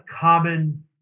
common